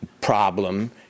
problem